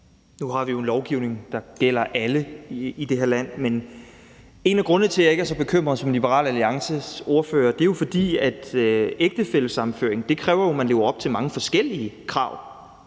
Nu har vi en lovgivning, der gælder alle i det her land, men en af grundene til, at jeg ikke er så bekymret som Liberal Alliances ordfører, er, at ægtefællesammenføring jo kræver, at man lever op til mange forskellige krav.